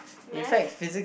Math